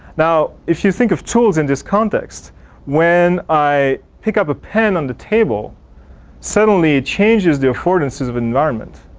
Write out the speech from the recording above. now if you think of tools in this context when i pick up a pen on the table suddenly it changes the affordances of the environment.